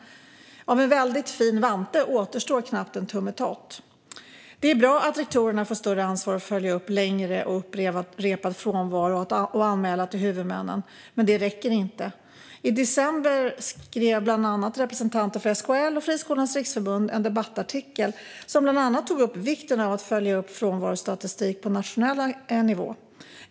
Av en väldigt fin vante återstår knappt en tummetott. Det är bra att rektorerna får större ansvar att följa upp längre och upprepad frånvaro och anmäla till huvudmännen, men det räcker inte. I december skrev bland andra representanter för SKL och Friskolornas riksförbund en debattartikel som bland annat tog upp vikten av att följa upp frånvarostatistik på nationell nivå.